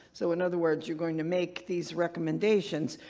so in other words you're going to make these recommendations.